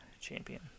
champion